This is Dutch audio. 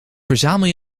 verzamel